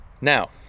Now